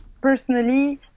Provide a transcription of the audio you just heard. personally